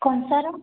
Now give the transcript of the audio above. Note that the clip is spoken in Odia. କଂସାର